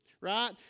right